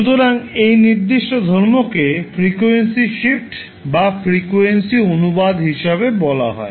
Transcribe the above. সুতরাং এই নির্দিষ্ট ধর্মকে ফ্রিকোয়েন্সি শিফট বা ফ্রিকোয়েন্সি অনুবাদ হিসাবে বলা হয়